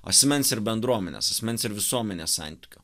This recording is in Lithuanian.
asmens ir bendruomenės asmens ir visuomenės santykių